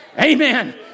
Amen